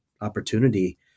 opportunity